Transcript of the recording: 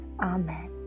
Amen